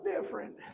different